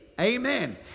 Amen